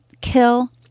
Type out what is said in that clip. kill